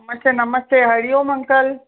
नमस्ते नमस्ते हरि ओम अंकल